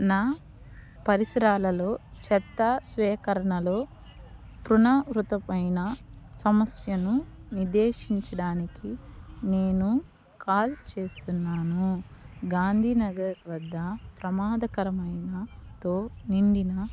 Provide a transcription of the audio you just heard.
నా పరిసరాలలో చెత్త సేకరణలో పునరావృతపైన సమస్యను నిర్దేశించడానికి నేను కాల్ చేస్తున్నాను గాంధీనగర్ వద్ద ప్రమాదకరమైన తో నిండిన